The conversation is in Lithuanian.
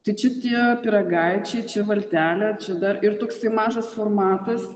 tai čia tie pyragaičiai čia valtelė čia dar ir toksai mažas formatas